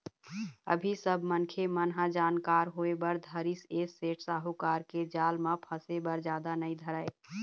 अभी सब मनखे मन ह जानकार होय बर धरिस ऐ सेठ साहूकार के जाल म फसे बर जादा नइ धरय